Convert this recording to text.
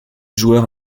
joueurs